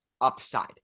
upside